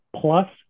plus